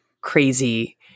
crazy